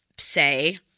say